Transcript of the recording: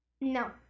No